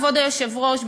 כבוד היושב-ראש,